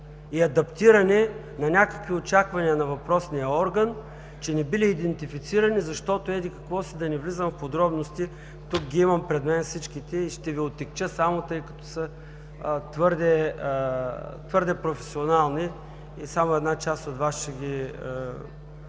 и адаптиране към някакви очаквания на въпросния орган, че не били идентифицирани, защото еди-какво си – да не влизам в подробности. Имам ги пред мен всичките, но само ще Ви отегча, тъй като са твърде професионални и само една част от Вас ще ги